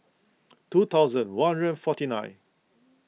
two thousand one hundred forty nine